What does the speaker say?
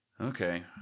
Okay